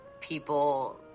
people